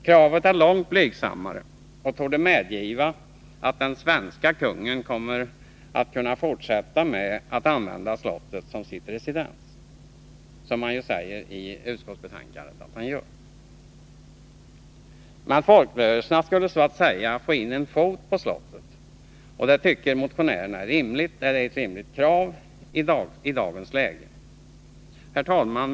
Kravet är långt blygsammare och torde medge att den svenska kungen kommer att kunna fortsätta att använda slottet som sitt residens, som man säger i utskottsbetänkandet att han gör. Men folkrörelserna skulle så att säga få in en fot på slottet, och det tycker motionärerna är ett rimligt krav i dagens läge. Herr talman!